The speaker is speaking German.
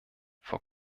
vor